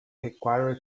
required